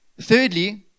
Thirdly